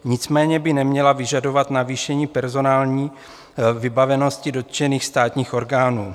Nicméně by neměla vyžadovat navýšení personální vybavenosti dotčených státních orgánů.